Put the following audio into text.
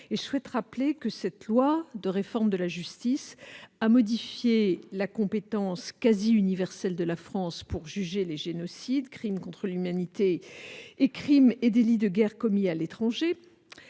ce sujet. Je rappelle que cette loi a modifié la compétence quasiment universelle de la France pour juger des génocides, crimes contre l'humanité et crimes et délits de guerre commis à l'étranger.